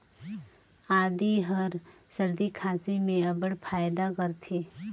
आदी हर सरदी खांसी में अब्बड़ फएदा करथे